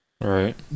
right